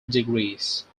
degrees